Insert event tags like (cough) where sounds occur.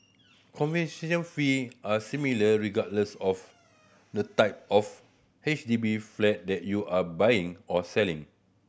(unintelligible) fee are similar regardless of the type of H D B flat that you are buying or selling